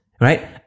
right